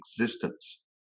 existence